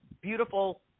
beautiful